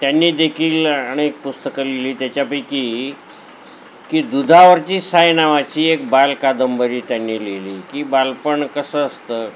त्यांनी देेखील अनेक पुस्तकं लिहिली त्याच्यापैकी की दुधावरची साय नावाची एक बालकादंबरी त्यांनी लिहिली की बालपण कसं असतं